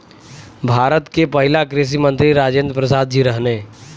भारत के पहिला कृषि मंत्री राजेंद्र प्रसाद जी रहने